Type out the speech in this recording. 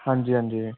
ਹਾਂਜੀ ਹਾਂਜੀ